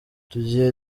tugiye